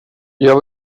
jag